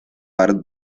par